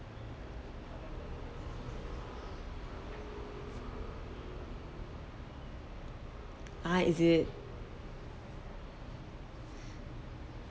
ah is it